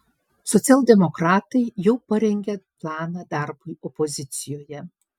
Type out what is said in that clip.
socialdemokratai jau parengė planą darbui opozicijoje